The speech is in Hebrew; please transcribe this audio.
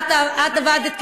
את עבדת,